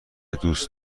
دوست